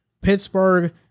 Pittsburgh